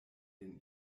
den